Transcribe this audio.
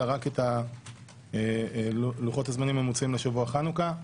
אלא רק את לוחות הזמנים המוצעים לשבוע חנוכה.